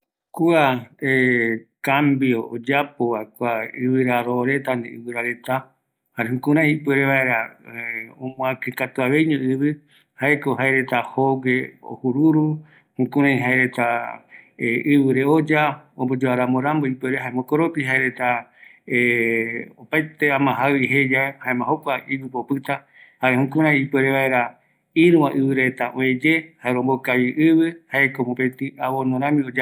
Kua ɨvɨ ñakïavëiva, ombo kavi ɨvɨ, jare ɨvɨra jooreta oa yave, kua omborɨ ɨvɨ, jare jukurai ipɨte rupi öe ye ïru ɨvɨra, jayeve ombopɨau yeye ko kaa reta kua ïvïakïaveiva